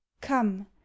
come